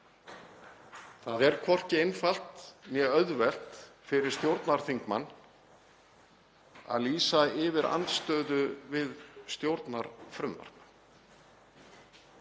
Það er hvorki einfalt né auðvelt fyrir stjórnarþingmann að lýsa yfir andstöðu við stjórnarfrumvarp